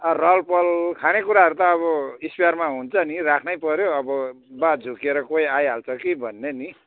रहलपहल खानेकुराहरू त अब स्पेयरमा हुन्छ नि राख्नै पर्यो अब बा झुक्किएर कोही आइहाल्छ कि भन्ने नि